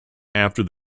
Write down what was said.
after